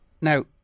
Now